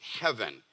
heaven